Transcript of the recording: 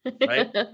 right